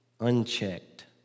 unchecked